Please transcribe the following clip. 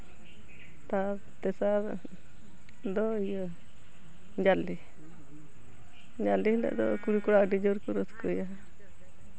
ᱛᱟᱨ ᱛᱮᱥᱟᱨ ᱫᱚ ᱤᱭᱟᱹ ᱡᱟᱞᱮ ᱡᱟᱞᱮ ᱦᱤᱞᱟᱹᱜ ᱫᱚ ᱠᱩᱲᱤᱼᱠᱚᱲᱟ ᱟᱹᱰᱤ ᱡᱳᱨ ᱠᱚ ᱨᱟᱹᱥᱠᱟᱹᱭᱟ